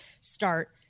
start